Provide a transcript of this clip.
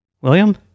william